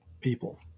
people